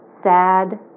sad